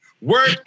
Work